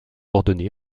ordonné